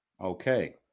Okay